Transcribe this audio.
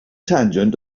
tangent